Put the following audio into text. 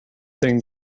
thing